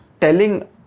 telling